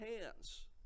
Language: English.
hands